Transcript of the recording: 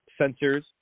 sensors